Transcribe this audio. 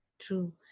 True